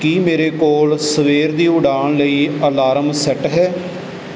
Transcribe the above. ਕੀ ਮੇਰੇ ਕੋਲ ਸਵੇਰ ਦੀ ਉਡਾਣ ਲਈ ਅਲਾਰਮ ਸੈੱਟ ਹੈ